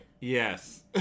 Yes